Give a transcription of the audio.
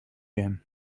game